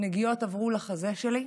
הנגיעות עברו לחזה שלי.